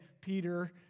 Peter